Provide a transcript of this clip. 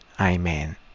Amen